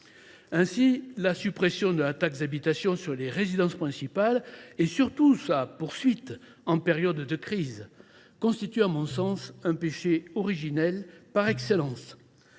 Ainsi, la suppression de la taxe d’habitation sur les résidences principales, et surtout le maintien de cette mesure en période de crise, constitue à mon sens le péché originel par excellence.